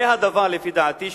זה הדבר, לפי דעתי,